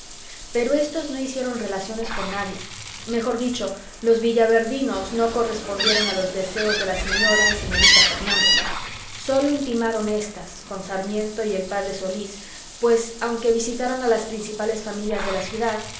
pero éstos no hicieron relaciones con nadie mejor dicho los villaverdinos no correspondieron a los deseos de la señora y señorita fernández sólo intimaron éstas con sarmiento y el p solís pues aunque visitaron a las principales familias de la ciudad